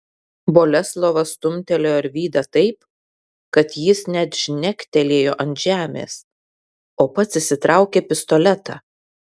boleslovas stumtelėjo arvydą taip kad jis net žnektelėjo ant žemės o pats išsitraukė pistoletą